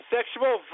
Sexual